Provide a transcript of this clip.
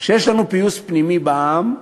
כשיש לנו פיוס פנימי בעם,